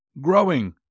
growing